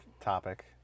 topic